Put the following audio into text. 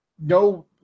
No